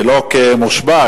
ולא כמושבע,